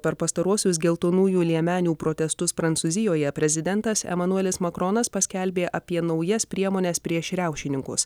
per pastaruosius geltonųjų liemenių protestus prancūzijoje prezidentas emanuelis makronas paskelbė apie naujas priemones prieš riaušininkus